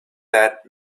that